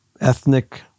ethnic